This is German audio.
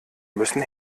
müssen